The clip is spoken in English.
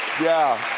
yeah,